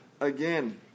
again